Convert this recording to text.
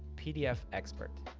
pdf expert.